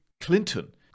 Clinton